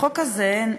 החוק הזה,